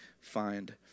find